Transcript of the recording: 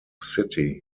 city